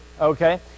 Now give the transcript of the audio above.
okay